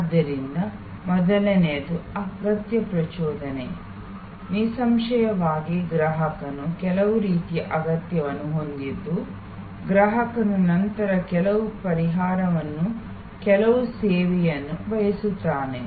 ಆದ್ದರಿಂದ ಮೊದಲನೆಯದು ಅಗತ್ಯ ಪ್ರಚೋದನೆ ನಿಸ್ಸಂಶಯವಾಗಿ ಗ್ರಾಹಕನು ಕೆಲವು ರೀತಿಯ ಅಗತ್ಯವನ್ನು ಹೊಂದಿದ್ದು ಗ್ರಾಹಕನು ನಂತರ ಕೆಲವು ಪರಿಹಾರವನ್ನು ಕೆಲವು ಸೇವೆಯನ್ನು ಬಯಸುತ್ತಾನೆ